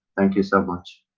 thank you so much.